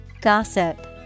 Gossip